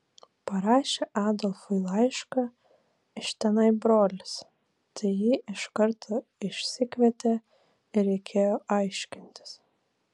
parašė adolfui laišką iš tenai brolis tai jį iš karto išsikvietė ir reikėjo aiškintis